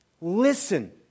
listen